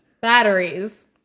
batteries